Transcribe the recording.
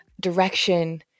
direction